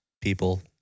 people